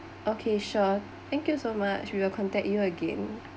okay sure thank you so much we will contact you again